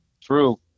True